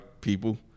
people